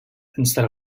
instead